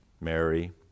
Mary